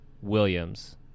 Williams